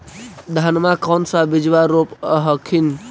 धनमा कौन सा बिजबा रोप हखिन?